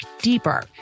deeper